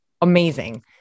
Amazing